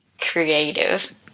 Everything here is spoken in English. creative